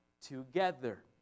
together